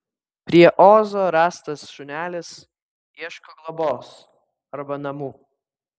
prie ozo rastas šunelis ieško globos arba namų